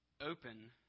open